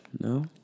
No